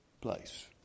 place